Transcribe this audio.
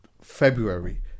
February